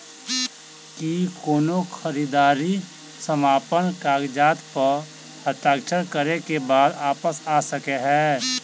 की कोनो खरीददारी समापन कागजात प हस्ताक्षर करे केँ बाद वापस आ सकै है?